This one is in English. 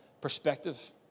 perspective